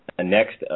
Next